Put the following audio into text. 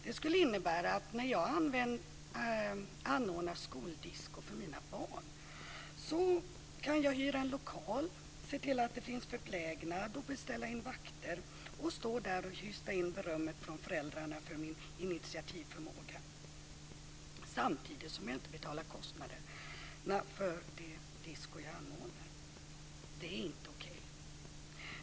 Det skulle innebära att jag, när jag anordnar skoldisko för mina barn, kan hyra en lokal, se till att det finns förplägnad, beställa in vakter och stå där och håva in berömmet från föräldrarna för min initiativförmåga samtidigt som jag inte betalar kostnaderna för det disko som jag anordnar. Det är inte okej.